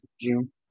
June